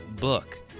book